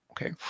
Okay